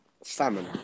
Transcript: Salmon